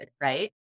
right